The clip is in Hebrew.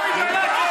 איך את לא מתביישת,